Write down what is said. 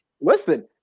Listen